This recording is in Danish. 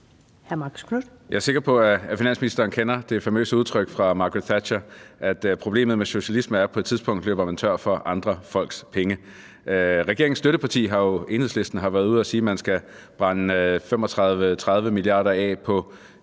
Jeg er sikker på, at finansministeren kender det famøse udtryk fra Margaret Thatcher om, at problemet med socialisme er, at på et tidspunkt løber man tør for andre folks penge. Regeringens støtteparti, Enhedslisten, har jo været ude at sige, at man skal brænde 30 mia. kr. af på